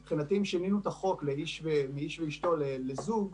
מבחינתי, אם משנים את החוק מ"איש ואשתו" לזוג,